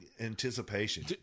anticipation